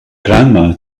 grandma